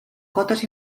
cotes